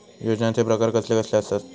योजनांचे प्रकार कसले कसले असतत?